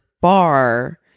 bar